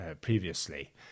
previously